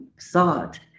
thought